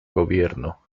gobierno